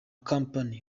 company